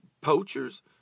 poachers